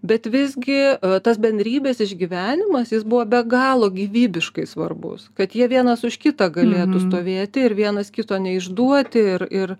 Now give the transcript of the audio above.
bet visgi tas bendrybės išgyvenimas jis buvo be galo gyvybiškai svarbus kad jie vienas už kitą galėtų stovėti ir vienas kito neišduoti ir ir